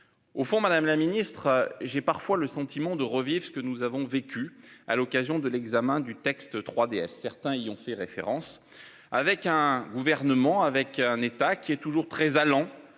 Au fond, Madame la Ministre j'ai parfois le sentiment de revivre ce que nous avons vécu à l'occasion de l'examen du texte 3DS. Certains y ont fait référence avec un gouvernement avec un État qui est toujours très allant